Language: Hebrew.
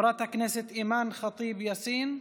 חברת הכנסת אימאן ח'טיב יאסין,